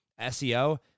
SEO